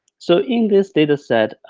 so in this data set